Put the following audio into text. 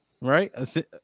right